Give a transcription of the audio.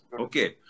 Okay